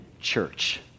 church